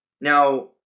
Now